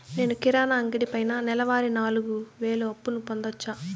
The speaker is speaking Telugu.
నేను కిరాణా అంగడి పైన నెలవారి నాలుగు వేలు అప్పును పొందొచ్చా?